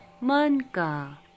Manka